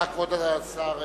בבקשה, כבוד השר וילנאי.